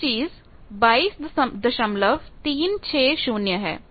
यह चीज 22360 है